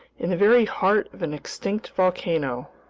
in the very heart of an extinct volcano,